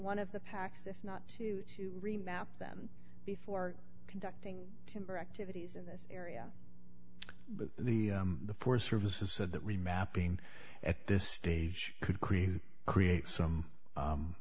one of the packs if not two to remap them before conducting timber activities in this area but the the forest service is said that we mapping at this stage could create create some